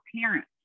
parents